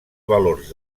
valors